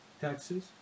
Taxes